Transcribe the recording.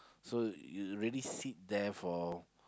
so you really sit there for